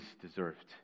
deserved